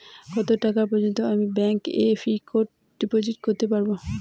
কত টাকা পর্যন্ত আমি ব্যাংক এ ফিক্সড ডিপোজিট করতে পারবো?